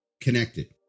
connected